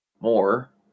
more